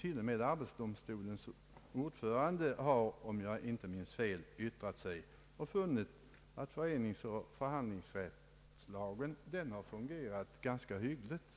Till och med arbetsdomstolens ordförande har, om jag inte minns fel, yttrat sig och funnit att föreningsoch förhandlingsrättslagen har fungerat ganska väl